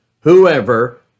whoever